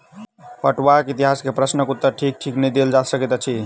पटुआक इतिहास के प्रश्नक उत्तर ठीक ठीक नै देल जा सकैत अछि